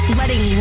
letting